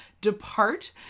depart